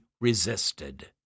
resisted